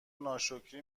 ناشکری